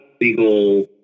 legal